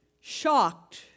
shocked